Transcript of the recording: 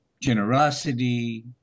generosity